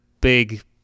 big